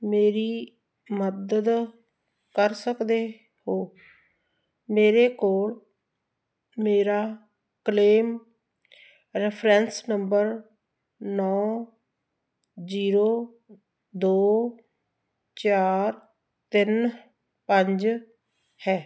ਮੇਰੀ ਮਦਦ ਕਰ ਸਕਦੇ ਹੋ ਮੇਰੇ ਕੋਲ ਮੇਰਾ ਕਲੇਮ ਰਫਰੈਂਸ ਨੰਬਰ ਨੌਂ ਜੀਰੋ ਦੋ ਚਾਰ ਤਿੰਨ ਪੰਜ ਹੈ